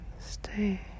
Stay